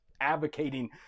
advocating